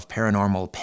Paranormal